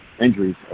injuries